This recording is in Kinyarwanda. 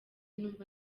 numva